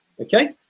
okay